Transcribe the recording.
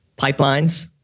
pipelines